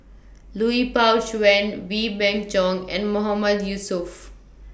Lui Pao Chuen Wee Beng Chong and Mahmood Yusof